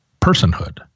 personhood